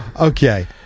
Okay